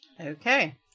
Okay